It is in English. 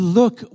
look